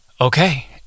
okay